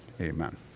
Amen